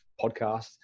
podcast